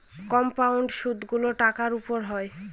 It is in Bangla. কম্পাউন্ড সুদগুলো টাকার উপর হয়